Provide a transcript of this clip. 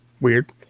weird